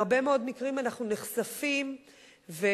בהרבה מאוד מקרים אנחנו נחשפים לתשובות,